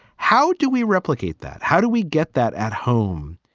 how do we replicate that? how do we get that at home?